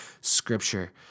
scripture